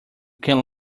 can